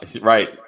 Right